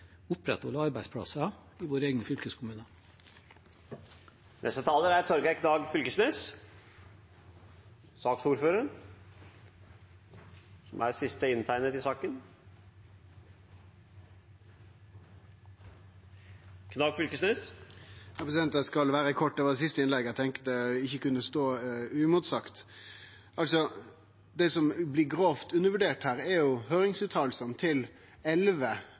opprettholde arbeidsplasser i våre egne fylkeskommuner. Eg skal vere kort. Det var det siste innlegget eg tenkte ikkje kunne stå uimotsagt. Det som blir grovt undervurdert her, er høyringsutsegnene til elleve